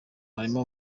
harimo